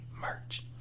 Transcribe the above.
merch